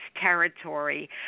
territory